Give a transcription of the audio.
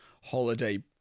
holiday